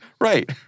Right